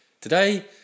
Today